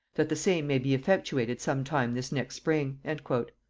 that the same may be effectuated sometime this next spring. and c.